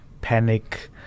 panic